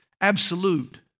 absolute